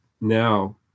now